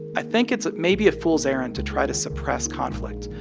i think it's maybe a fool's errand to try to suppress conflict.